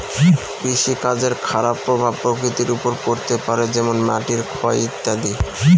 কৃষিকাজের খারাপ প্রভাব প্রকৃতির ওপর পড়তে পারে যেমন মাটির ক্ষয় ইত্যাদি